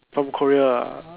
from Korea